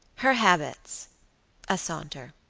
her habits a saunter